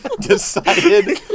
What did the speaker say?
decided